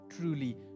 truly